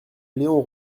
léon